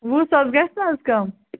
وُہ ساس گژھِ نہٕ حظ کَم